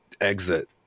exit